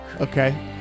Okay